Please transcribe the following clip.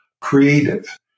creative